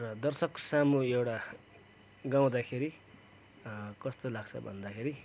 दर्शक सामु एउटा गाउदाखेरि कस्तो लाग्छ भन्दाखेरि